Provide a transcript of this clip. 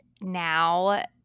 now